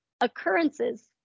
occurrences